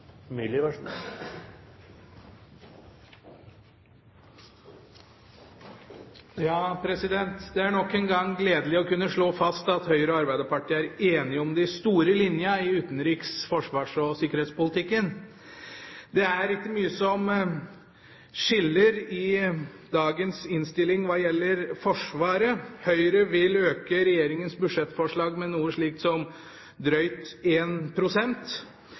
Det er nok en gang gledelig å kunne slå fast at Høyre og Arbeiderpartiet er enige om de store linjene i utenriks-, forsvars- og sikkerhetspolitikken. Det er ikke mye som skiller i dagens innstilling hva gjelder Forsvaret. Høyre vil øke regjeringens budsjettforslag med